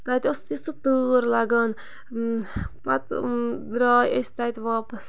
تَتہِ اوس تِژھِ تۭر لَگان پَتہٕ درٛاے أسۍ تَتہِ واپَس